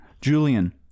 Julian